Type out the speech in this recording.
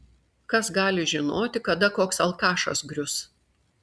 kas gali žinoti kada koks alkašas grius